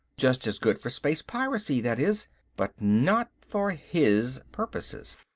just as good for space piracy, that is but not for his purposes.